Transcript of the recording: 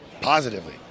Positively